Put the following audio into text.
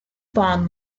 bahn